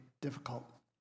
difficult